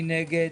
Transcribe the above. מי נגד?